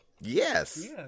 Yes